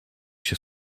się